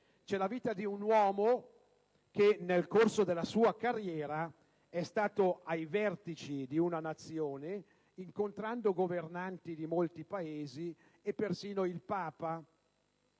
c'è la vita di un uomo che nel corso della sua carriera è stato ai vertici di una Nazione incontrando governanti di molti Paesi, e persino il Papa.